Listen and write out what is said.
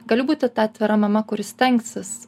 galiu būti ta atvira mama kuri stengsis